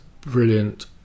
brilliant